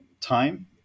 time